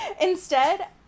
Instead-